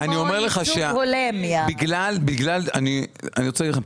אני אשתדל לענות על עוד כמה דברים יותר